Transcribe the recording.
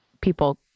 people